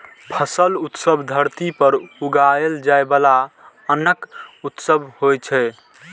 फसल उत्सव धरती पर उगाएल जाइ बला अन्नक उत्सव होइ छै